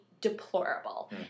deplorable